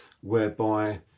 whereby